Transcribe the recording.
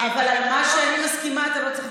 אבל על מה שאני מסכימה אתה לא צריך להתווכח.